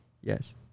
Yes